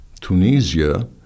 Tunisia